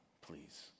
please